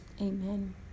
Amen